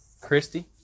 Christy